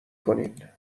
کنین